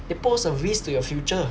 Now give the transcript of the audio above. they pose a risk to your future